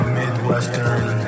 midwestern